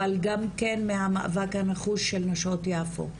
אבל גם כן מהמאבק הנחוש, של נשות יפו,